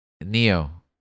Neo